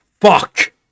fuck